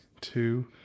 two